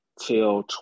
till